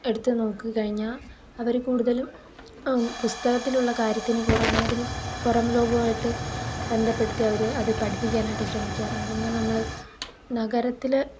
എടുത്തു നോക്കി കഴിഞ്ഞാൽ അവര് കൂടുതലും പുസ്തകത്തിലുള്ള കാര്യത്തിന് പുറമേ അതിന് പുറം ലോകായിട്ട് ബന്ധപ്പെടുത്തി അവര് അത് പഠിപ്പിക്കാനായിട്ട് ശ്രമിക്കാറുണ്ട് എന്നാൽ നമ്മള് നഗരത്തില്